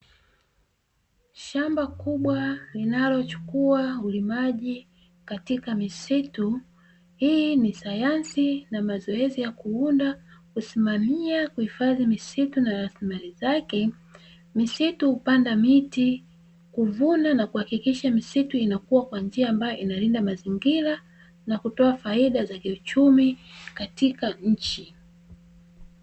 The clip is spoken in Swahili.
Shamba kubwa linalochukua nafasi katika misitu hii ni sayansi na mazoezi ya kuunda, kusimamia na kuhifadhi misitu pamoja na rasilimali zake. Misitu hupandwa miti, huvunwa, na husimamiwa ili kuhakikisha kuwa inakua kwa njia inayolinda mazingira na kutoa faida za kiuchumi kwa nchi.